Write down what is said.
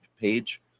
page